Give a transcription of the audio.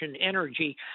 energy